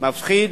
מפחיד,